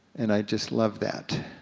and i just love that.